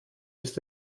ist